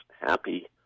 happy